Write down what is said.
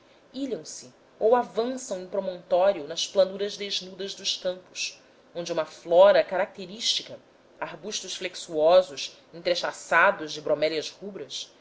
raras ilham se ou avançam em promontório nas planuras desnudas dos campos onde uma flora característica arbustos flexuosos entressachados de bromélias rubras